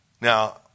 Now